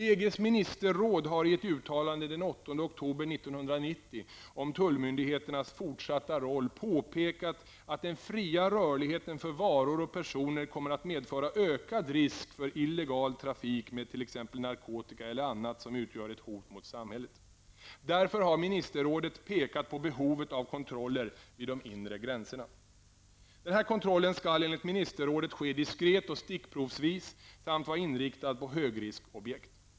EGs ministerråd har i ett uttalande den 8 oktober 1990 om tullmyndigheternas fortsatta roll påpekat att den fria rörligheten för varor och personer kommer att medföra ökad risk för illegal trafik med t.ex. narkotika eller annat som utgör ett hot mot samhället. Därför har Ministerrådet pekat på behovet av kontroller vid de inre gränserna. Denna kontroll skall enligt Ministerrådet ske diskret och stickprovsvis samt vara inriktad på högriskobjekt.